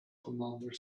commander